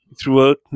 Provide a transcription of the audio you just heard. throughout